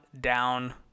down